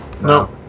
No